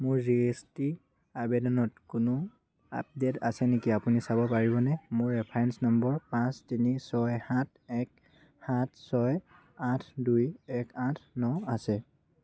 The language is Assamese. মোৰ জি এছ টি আবেদনত কোনো আপডেট আছে নেকি আপুনি চাব পাৰিবনে মোৰ ৰেফাৰেন্স নম্বৰ পাঁচ তিনি ছয় সাত এক সাত ছয় আঠ দুই এক আঠ ন আছে